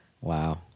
Wow